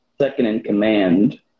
second-in-command